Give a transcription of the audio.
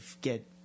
get